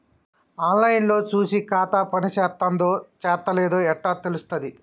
On line లో చూసి ఖాతా పనిచేత్తందో చేత్తలేదో ఎట్లా తెలుత్తది?